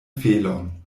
felon